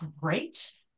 great